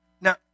Now